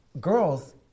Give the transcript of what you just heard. girls